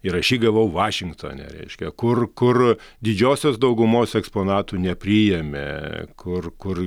ir aš jį gavau vašingtone reiškia kur kur didžiosios daugumos eksponatų nepriėmė kur kur